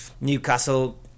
Newcastle